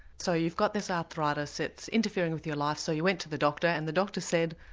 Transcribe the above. so you've got this arthritis, it's interfering with your life so you went to the doctor and the doctor said?